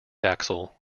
axle